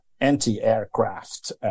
anti-aircraft